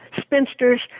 spinsters